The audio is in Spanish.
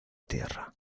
tierra